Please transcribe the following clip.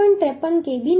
53 kb ની કિંમત 0